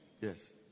Yes